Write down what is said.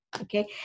okay